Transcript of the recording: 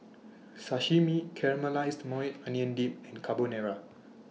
Sashimi Caramelized Maui Onion Dip and Carbonara